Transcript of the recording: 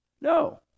No